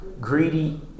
greedy